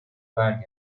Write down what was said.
برگردد